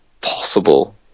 possible